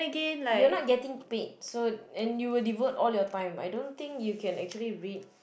you're not getting paid so and you will devote all your time I don't think you can actually read